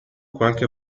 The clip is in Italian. qualche